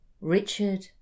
Richard